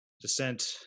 descent